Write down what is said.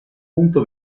punto